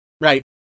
right